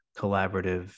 collaborative